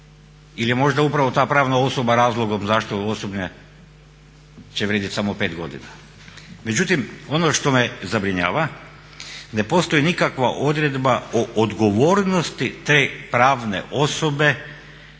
Ili je možda upravo ta pravna osoba razlogom zašto osobne će vrijediti samo 5 godina? Međutim, ono što me zabrinjava ne postoji nikakva odredba o odgovornosti te pravne osobe